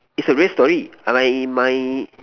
it's a weird story I my my